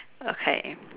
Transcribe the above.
okay